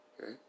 Okay